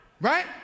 right